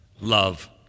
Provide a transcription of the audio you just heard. Love